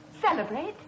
Celebrate